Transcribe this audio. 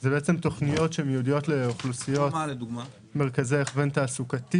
זה תוכניות שמיועדות לאוכלוסיות מרכזי הכוון תעסוקתי.